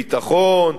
ביטחון,